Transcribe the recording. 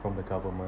from the government